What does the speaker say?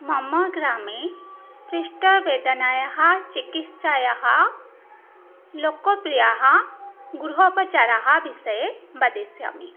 मम ग्रामे पृष्ठवेदनायाः चिकित्सायाः लोकप्रियगृहोपचारविषये वदिष्यामि